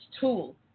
tool